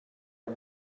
are